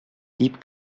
gib